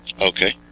Okay